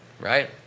Right